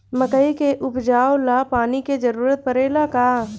मकई के उपजाव ला पानी के जरूरत परेला का?